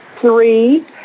Three